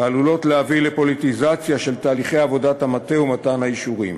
ועלולות להביא לפוליטיזציה של תהליכי עבודת המטה ומתן האישורים.